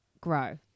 grow